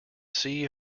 see